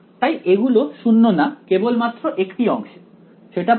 তাই এগুলো শুন্য না কেবলমাত্র একটি অংশে সেটা পরিষ্কার